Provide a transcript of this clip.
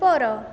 ଉପର